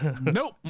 nope